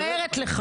אני אומרת לך.